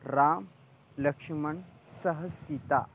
रामः लक्ष्मणेन सह सीता